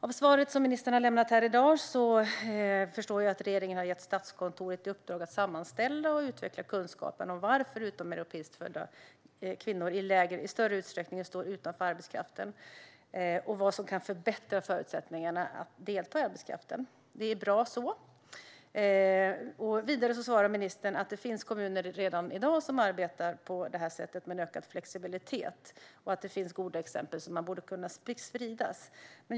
Av svaret som ministern har lämnat här i dag förstår jag att regeringen har gett Statskontoret i uppdrag att sammanställa och utveckla kunskapen om varför utomeuropeiskt födda kvinnor i större utsträckning står utanför arbetskraften och vad som kan förbättra förutsättningarna att delta i arbetskraften. Det är bra så. Vidare svarar ministern att det finns kommuner som redan i dag arbetar på detta sätt med en ökad flexibilitet och att det finns goda exempel som borde kunna spridas.